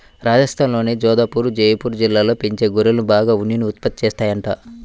రాజస్థాన్లోని జోధపుర్, జైపూర్ జిల్లాల్లో పెంచే గొర్రెలు బాగా ఉన్నిని ఉత్పత్తి చేత్తాయంట